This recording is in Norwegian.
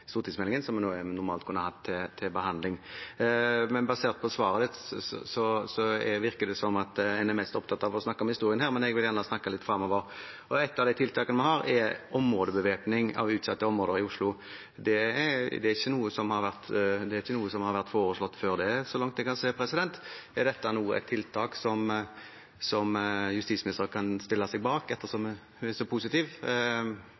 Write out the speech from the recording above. stortingsmeldingen som vi nå normalt kunne hatt til behandling. Basert på svaret fra statsråden virker det som en er mest opptatt av å snakke om historien, men jeg vil gjerne snakke litt framover. Et av de tiltakene vi har, er områdebevæpning i utsatte områder i Oslo. Det er ikke noe som har vært foreslått før, så langt jeg kan se. Er dette et tiltak som justisministeren kan stille seg bak, ettersom